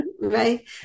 Right